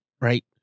Right